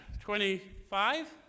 Twenty-five